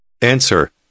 Answer